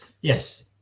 Yes